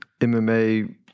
MMA